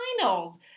finals